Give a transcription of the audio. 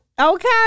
Okay